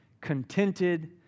contented